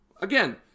Again